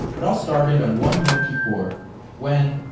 it all started on one yom kippur when,